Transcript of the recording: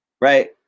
Right